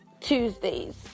Tuesdays